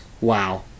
wow